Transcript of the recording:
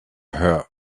her